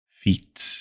feet